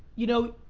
you know,